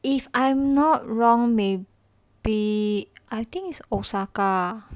if I'm not wrong maybe I think it's osaka ah